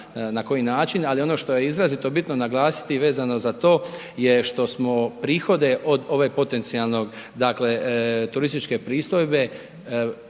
na koji način, ali ono što je izrazito bitno naglasiti vezano za to je što smo prihode od ove potencijalno turističke pristojbe